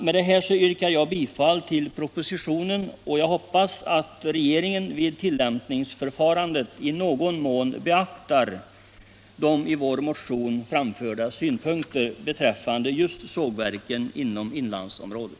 Med detta yrkar jag bifall till hemställan i betänkandet och hoppas att regeringen vid tillämpningsförfarandet i någon mån kommer att beakta de i vår motion framförda synpunkterna beträffande sågverken i inlandsområdet.